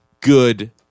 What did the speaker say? good